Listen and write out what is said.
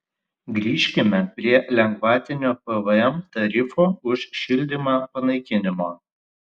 grįžkime prie lengvatinio pvm tarifo už šildymą panaikinimo